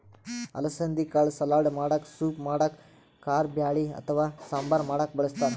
ಅಲಸಂದಿ ಕಾಳ್ ಸಲಾಡ್ ಮಾಡಕ್ಕ ಸೂಪ್ ಮಾಡಕ್ಕ್ ಕಾರಬ್ಯಾಳಿ ಅಥವಾ ಸಾಂಬಾರ್ ಮಾಡಕ್ಕ್ ಬಳಸ್ತಾರ್